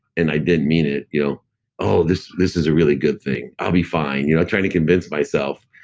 and i did mean it, you know oh, this this is a really good thing. i'll be fine. you know, trying to convince myself.